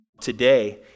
today